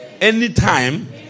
Anytime